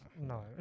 no